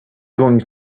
going